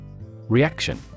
Reaction